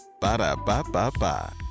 Ba-da-ba-ba-ba